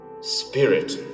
Spirit